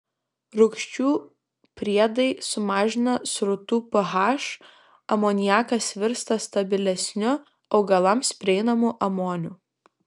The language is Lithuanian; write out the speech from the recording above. rūgščių priedai sumažina srutų ph amoniakas virsta stabilesniu augalams prieinamu amoniu